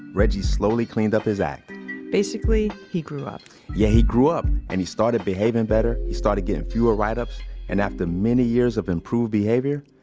reggie slowly cleaned up his act basically, he grew up yeah, he grew up. and he started behaving better. he started getting fewer write ups and after many years of improved behavior,